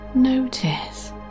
Notice